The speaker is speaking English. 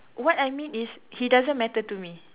what I mean is he doesn't matter to me